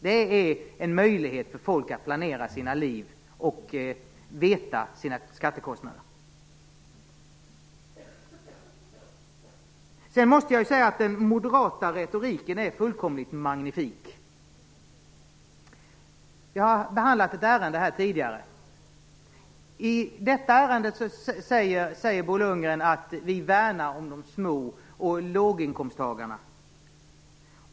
Det ger en möjlighet för folk att planera sina liv och veta sina skattekostnader. Sedan måste jag ju säga att den moderata retoriken är fullkomligt magnifik. Vi har tidigare behandlat ett ärende här i kammaren, och i detta ärende sade Bo Lundgren: Vi värnar om de små och om låginkomsttagarna.